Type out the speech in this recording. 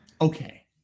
Okay